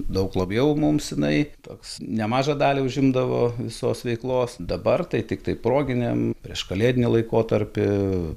daug labiau mums jinai toks nemažą dalį užimdavo visos veiklos dabar tai tiktai proginiam prieškalėdinį laikotarpį